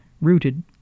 rooted